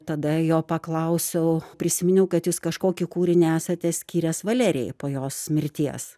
tada jo paklausiau prisiminiau kad jūs kažkokį kūrinį esate skyręs valerijai po jos mirties